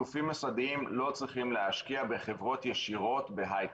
גופים מוסדיים לא צריכים להשקיע בחברות ישירות בהיי-טק.